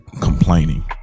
Complaining